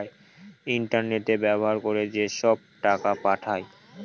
internet ব্যবহার করে যেসব টাকা পাঠায়